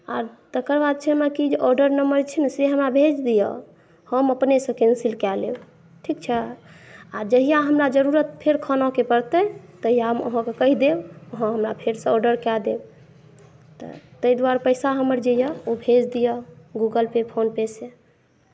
आर तकरबाद छै हमरा की जे आर्डर नम्बर छै ने से हमरा भेज दिअ हम अपने सँ कैंसिल कए लेब ठीक छै आओर जहिया हमरा जरूरत फेर खाना के परतै तहिया हम अहाँकेॅं कहि देब अहाँ हमरा फेरसँ आर्डर कए देब तै दुआरे पैसा हमर जे यऽ ओ भेज दिअ गूगल पे फ़ोन पे सॅं